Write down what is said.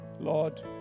Lord